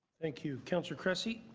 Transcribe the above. thank you, councillor cressy.